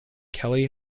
kelly